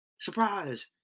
Surprise